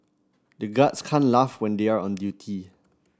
the guards can't laugh when they are on duty